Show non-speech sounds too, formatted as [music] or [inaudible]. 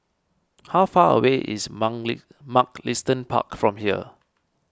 how far away is [unintelligible] Mugliston Park from here